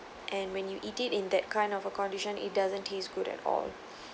and when you eat it in that kind of a condition it doesn't taste good at all